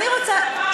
אני רוצה,